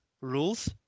rules